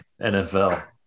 NFL